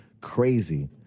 crazy